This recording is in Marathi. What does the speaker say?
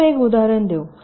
चला तर एक उदाहरण देऊ